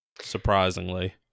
surprisingly